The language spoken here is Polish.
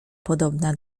podobna